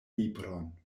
libron